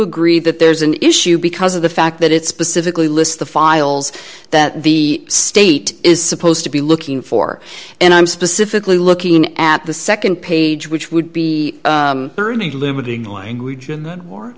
agree that there's an issue because of the fact that it's specifically lists the files that the state is supposed to be looking for and i'm specifically looking at the nd page which would be the limiting language of the war